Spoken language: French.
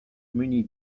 muni